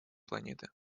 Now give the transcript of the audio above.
планеты